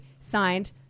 Signed